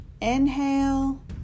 inhale